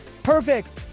Perfect